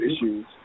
issues